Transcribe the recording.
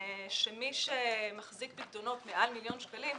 שמי שמחזיק פיקדונות מעל מיליון שקלים,